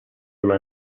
sulle